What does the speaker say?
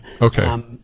Okay